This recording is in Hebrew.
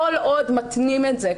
כל עוד מתנים את זה.